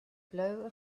blow